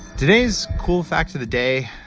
today's cool fact of the day,